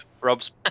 Rob's